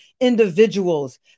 individuals